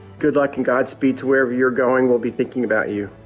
good luck and godspeed to wherever you're going. we'll be thinking about you.